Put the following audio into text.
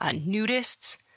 ah nudists,